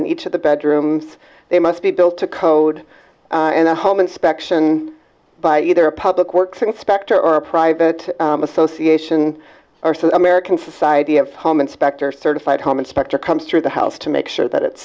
in each of the bedrooms they must be built to code and a home inspection by either a public works inspector or a private association or some american society of home inspectors certified home inspector comes through the house to make sure that it's